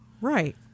Right